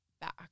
back